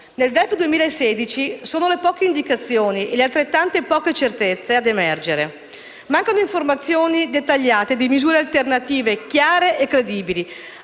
Nel DEF 2016 sono le poche indicazioni e le altrettante poche certezze a emergere. Mancano informazioni dettagliate di misure alternative chiare e credibili